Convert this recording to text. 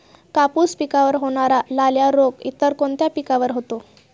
कापूस पिकावर होणारा लाल्या रोग इतर कोणत्या पिकावर होतो?